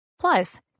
Plus